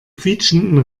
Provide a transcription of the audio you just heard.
quietschenden